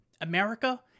America